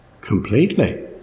completely